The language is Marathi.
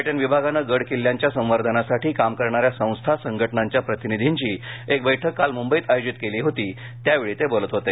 पर्यटन विभागाने गड किल्ल्यांच्या संवर्धनासाठी काम करणाऱ्या संस्था संघटनांच्या प्रतिनिधींची एक बैठक काल मुंबईत आयोजित केली होती त्यावेळी ठाकरे बोलत होते